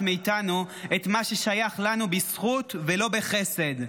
מאיתנו את מה ששייך לנו בזכות ולא בחסד.